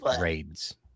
raids